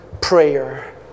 prayer